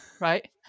right